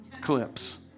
clips